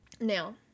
Now